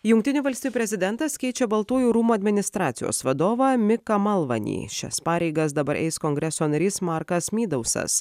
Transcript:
jungtinių valstijų prezidentas keičia baltųjų rūmų administracijos vadovą miką malvanį šias pareigas dabar eis kongreso narys markas midausas